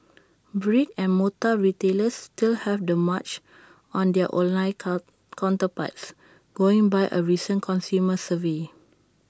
brick and mortar retailers still have the March on their online cut counterparts going by A recent consumer survey